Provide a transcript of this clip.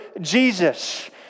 Jesus